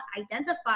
identify